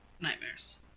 nightmares